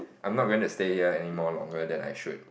I'm not gonna stay here any more longer than I should